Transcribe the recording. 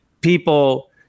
people